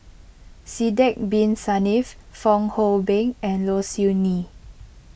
Sidek Bin Saniff Fong Hoe Beng and Low Siew Nghee